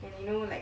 and you know like